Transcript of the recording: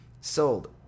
sold